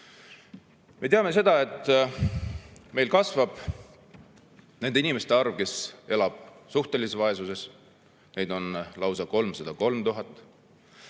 Me teame, et kasvab nende inimeste arv, kes elavad suhtelises vaesuses. Neid on lausa 303 000.